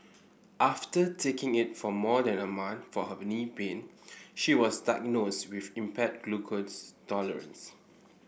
after taking it for more than a month for her knee pain she was diagnosed with impaired glucose tolerance